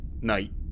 night